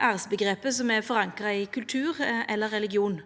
æresomgrepet som er forankra i kultur eller religion.